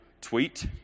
tweet